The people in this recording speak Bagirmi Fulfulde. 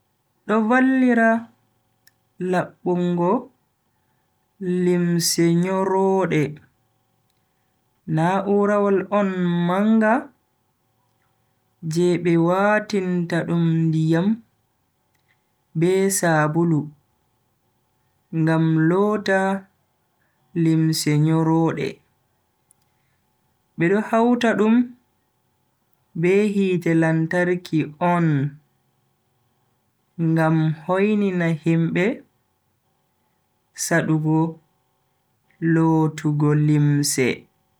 Do vallira labbungo limse nyoroode. Na'urawol on manga je be watinta dum ndiyam be sabulu ngam loota limse nyoroode. bedo hauta dum be hite lantarki on ngam hoinina himbe sadugo lotugo limse.